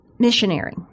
missionary